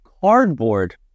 cardboard